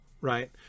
Right